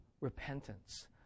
repentance